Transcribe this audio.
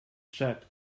czech